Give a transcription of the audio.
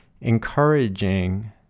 encouraging